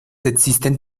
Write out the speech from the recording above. existen